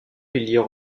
piliers